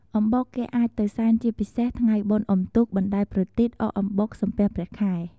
អំបុកគេអាចទៅសែនជាពិសេសថ្ងៃបុណ្យអំទូកបណ្តែតប្រទីប អក់អំបុក សំពះព្រះខែ ។